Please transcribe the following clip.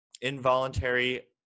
involuntary